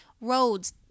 roads